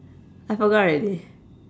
I forgot already